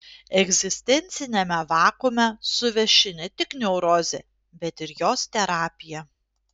egzistenciniame vakuume suveši ne tik neurozė bet ir jos terapija